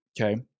Okay